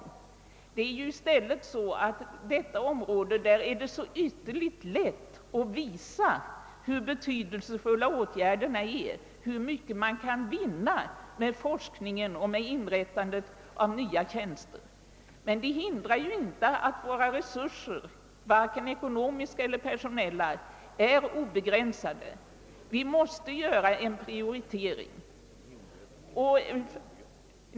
Anledningen är närmast att det på detta område är så ytterligt lätt att redovisa hur betydelsefulla åtgärderna är och hur mycket som kan vinnas med en utvidgad forskning och med inrättandet av nya tjänster. Detta hindrar inte att såväl våra ekonomiska som våra personella resurser är begränsade och att vi måste göra en prioritering.